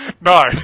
No